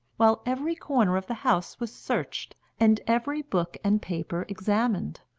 while every corner of the house was searched and every book and paper examined.